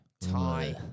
tie